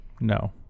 No